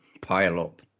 pile-up